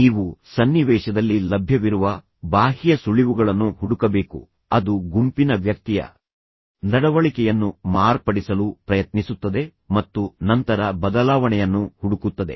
ನೀವು ಸನ್ನಿವೇಶದಲ್ಲಿ ಲಭ್ಯವಿರುವ ಬಾಹ್ಯ ಸುಳಿವುಗಳನ್ನು ಹುಡುಕಬೇಕು ಅದು ಗುಂಪಿನ ವ್ಯಕ್ತಿಯ ನಡವಳಿಕೆಯನ್ನು ಮಾರ್ಪಡಿಸಲು ಪ್ರಯತ್ನಿಸುತ್ತದೆ ಮತ್ತು ನಂತರ ಬದಲಾವಣೆಯನ್ನು ಹುಡುಕುತ್ತದೆ